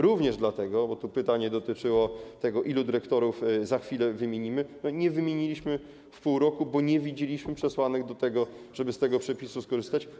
Również dlatego, bo pytanie dotyczyło tego, ilu dyrektorów za chwilę wymienimy, nie wymieniliśmy w pół roku żadnego, bo nie widzieliśmy przesłanek, żeby z tego przepisu skorzystać.